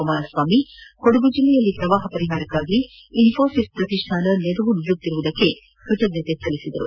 ಕುಮಾರಸ್ವಾಮಿ ಕೊಡಗು ಜಿಲ್ಲೆಯಲ್ಲಿ ಪ್ರವಾಹ ಪರಿಹಾರಕ್ನಾಗಿ ಇನ್ನೋಸಿಸ್ ಪ್ರತಿಷ್ಣಾನ ನೆರವು ನೀಡಿರುವುದಕ್ನಾಗಿ ಕೃತಜ್ಞತೆ ಸಲ್ಲಿಸಿದರು